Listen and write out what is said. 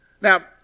Now